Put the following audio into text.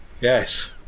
Yes